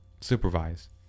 supervise